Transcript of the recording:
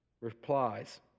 replies